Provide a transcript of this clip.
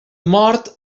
mort